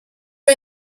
you